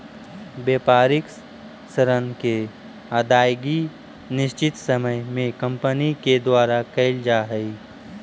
व्यापारिक ऋण के अदायगी निश्चित समय में कंपनी के द्वारा कैल जा हई